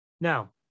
Now